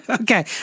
Okay